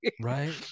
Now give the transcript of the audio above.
Right